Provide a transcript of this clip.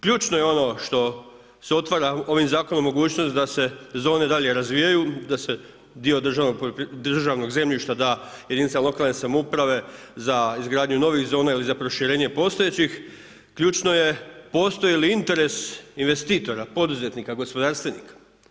Ključno je ono što se otvara ovim zakonom mogućnost da se zone dalje razvijaju, da se dio državnog zemljišta da jedinicama lokalne samouprave za izgradnju novih zona ili za proširenje postojećih, ključno je postoji li interes investitora, poduzetnika, gospodarstvenika?